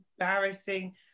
embarrassing